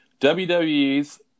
WWE's